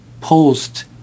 post